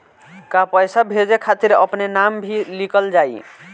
का पैसा भेजे खातिर अपने नाम भी लिकल जाइ?